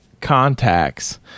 contacts